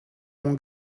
mon